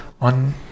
on